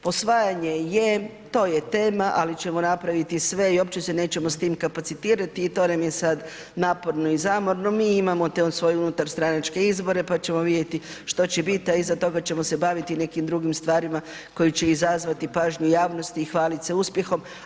Posvajanje je, to je tema, ali ćemo napraviti sve i uopće se nećemo s tim kapacitirati i to nam je sad naporno i zamorno, mi imamo svoje unutarstranačke izbore, pa ćemo vidjeti što će bit, a iza toga ćemo se baviti nekim drugim stvarima koji će izazvati pažnju javnosti i hvalit se uspjehom.